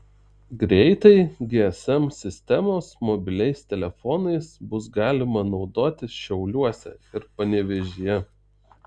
greitai gsm sistemos mobiliais telefonais bus galima naudotis šiauliuose ir panevėžyje